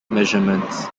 measurements